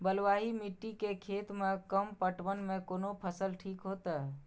बलवाही मिट्टी के खेत में कम पटवन में कोन फसल ठीक होते?